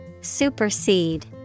Supersede